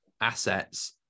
assets